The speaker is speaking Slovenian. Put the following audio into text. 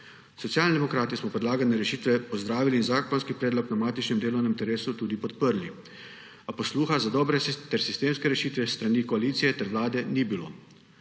Socialni demokrati smo predlagane rešitve pozdravili in zakonski predlog na matičnem delovnem telesu tudi podprli. A posluha za dobre ter sistemske rešitve s strani koalicije ter vlade ni bilo.